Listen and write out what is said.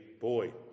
boy